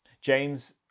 James